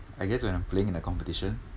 I guess when I'm playing in a competition